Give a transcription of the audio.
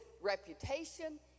reputation